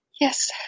Yes